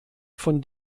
von